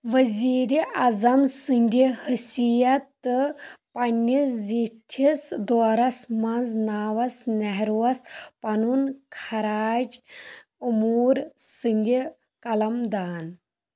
وزیٖرِ اعظم سٕنٛدِ حیثیتہٕ پننِس زیٖٹھِس دورَس منٛز ناوس نہروس پنُن خراج اموٗر سُنٛدِ قلمدان